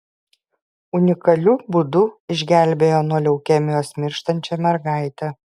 unikaliu būdu išgelbėjo nuo leukemijos mirštančią mergaitę